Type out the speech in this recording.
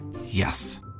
Yes